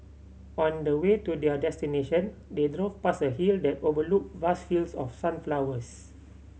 on the way to their destination they drove past a hill that overlooked vast fields of sunflowers